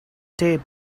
tape